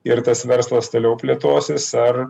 ir tas verslas toliau plėtosis ar